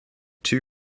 two